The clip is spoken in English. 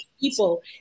people